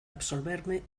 absolverme